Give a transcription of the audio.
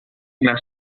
las